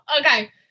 okay